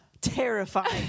terrifying